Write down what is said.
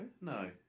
No